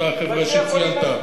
אותה חברה שציינת,